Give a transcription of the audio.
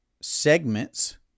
segments